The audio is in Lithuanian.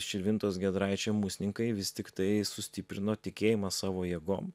širvintos giedraičiai musninkai vis tiktai sustiprino tikėjimą savo jėgom